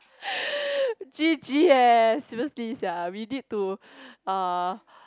g_g eh seriously sia we need to uh